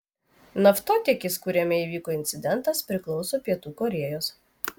naftotiekis kuriame įvyko incidentas priklauso pietų korėjos